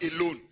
alone